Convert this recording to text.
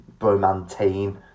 Bromantine